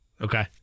Okay